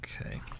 Okay